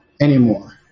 anymore